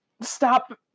stop